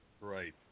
Right